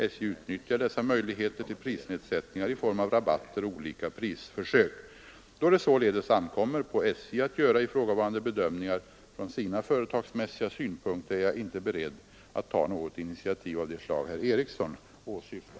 SJ utnyttjar dessa möjligheter till prisnedsättningar i form av rabatter och olika prisförsök. Då det således ankommer på SJ att göra ifrågavarande bedömningar från sina företagsmässiga synpunkter, är jag inte beredd att ta något initiativ av det slag herr Eriksson åsyftar.